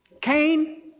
Cain